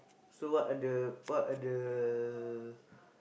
so what are the what are the